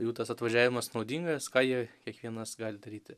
jų tas atvažiavimas naudingas ką jie kiekvienas gali daryti